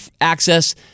access